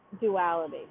duality